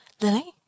Lily